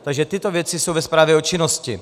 Takže tyto věci jsou ve zprávě o činnosti.